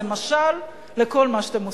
זה משל לכל מה שאתם עושים.